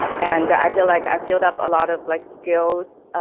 and i feel like i filled up a lot of like skills,